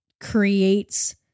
creates